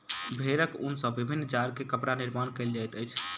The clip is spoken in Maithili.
भेड़क ऊन सॅ विभिन्न जाड़ के कपड़ा निर्माण कयल जाइत अछि